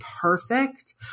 perfect